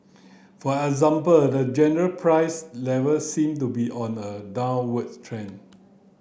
for example the general price level seem to be on a downwards trend